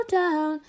down